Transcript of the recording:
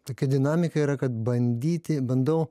tokia dinamika yra kad bandyti bandau